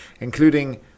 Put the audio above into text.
including